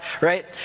right